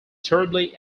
terribly